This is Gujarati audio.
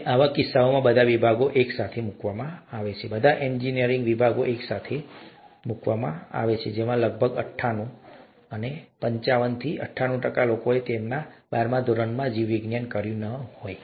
અને કિસ્સામાં બધા વિભાગો એકસાથે મૂકવામાં આવે છે બધા એન્જિનિયરિંગ વિભાગો એકસાથે મૂકવામાં આવે છે લગભગ 98 પંચાવન થી 98 ટકા લોકોએ તેમના બારમા ધોરણમાં જીવવિજ્ઞાન કર્યું ન હોત